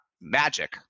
magic